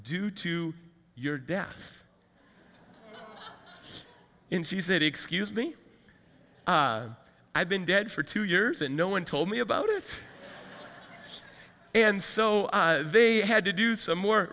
due to your death in she said excuse me i've been dead for two years and no one told me about it and so they had to do some more